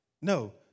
No